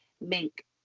make